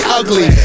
ugly